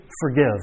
forgive